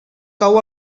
cou